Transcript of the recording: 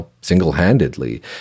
single-handedly